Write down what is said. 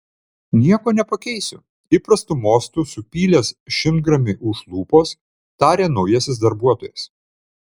nieko nepakeisiu įprastu mostu supylęs šimtgramį už lūpos tarė naujasis darbuotojas